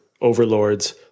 overlords